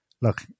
look